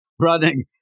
Running